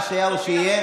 מה שהיה הוא שיהיה.